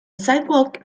sidewalk